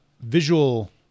visual